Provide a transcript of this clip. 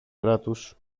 κράτους